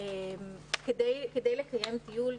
כדי לקיים טיול,